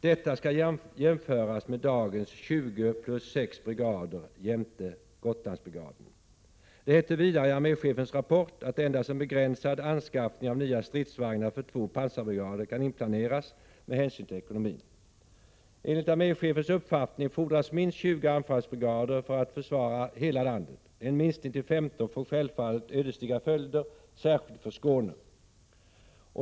Detta skall jämföras med dagens 20+6 brigader .” Det heter vidare i arméchefens rapport att endast en begränsad anskaffning av nya stridsvagnar för två pansarbrigader kan inplaneras med hänsyn till ekonomin. Enligt arméchefens uppfattning fordras minst 20 anfallsbrigader för att försvara hela landet. En minskning till 15 får självfallet ödesdigra följder, särskilt för Skåne.